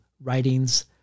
writings